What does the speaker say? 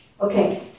Okay